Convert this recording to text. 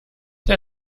der